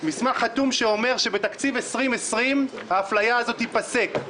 במסמך כתוב שבתקציב 2020 האפליה הזו תיפסק.